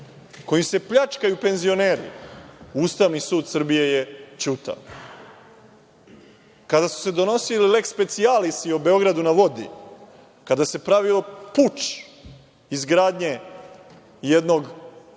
kojim se pljačkaju penzioneri, Ustavni sud Srbije je ćutao. Kada su se donosili leks specijalisi o „Beogradu na vodi“, kada se pravio puč izgradnje jednog,